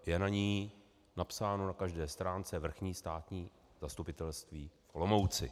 Je na ní napsáno na každé stránce Vrchní státní zastupitelství v Olomouci.